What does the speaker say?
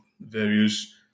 various